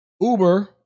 Uber